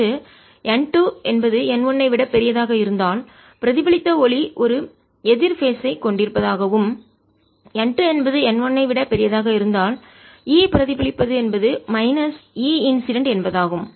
அதாவது n2 என்பது n 1 ஐ விடப் பெரியதாக இருந்தால் பிரதிபலித்த ஒளி ஒரு எதிர் பேஸ் ஐ கட்டத்தைக் கொண்டிருப்பதாகவும் n 2 என்பது n 1 ஐ விடப் பெரியதாக இருந்தால்E பிரதிபலிப்பது என்பது மைனஸ் E இன்சிடென்ட் என்பதாகும்